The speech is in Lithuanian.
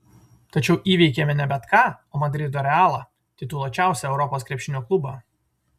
tačiau įveikėme ne bet ką o madrido realą tituluočiausią europos krepšinio klubą